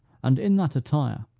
and in that attire,